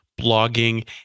blogging